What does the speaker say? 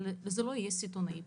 אבל זה לא יהיה סיטונאי.